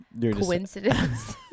coincidence